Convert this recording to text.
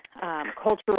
cultural